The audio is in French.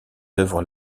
œuvres